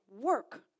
work